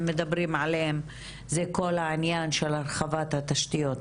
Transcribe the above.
מדברים עליהם הוא כל העניין של הרחבת התשתיות,